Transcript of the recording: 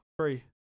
Three